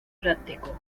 práctico